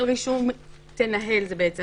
מחוצה לו ופה ביקשנו להוסיף לעניין אדם עם מוגבלות: